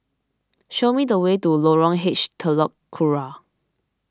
show me the way to Lorong H Telok Kurau